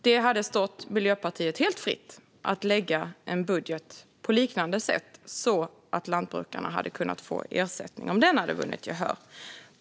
Det hade stått Miljöpartiet helt fritt att lägga fram en budget på liknande sätt så att lantbrukarna hade kunnat få ersättning om den hade vunnit gehör.